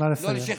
נא לסיים.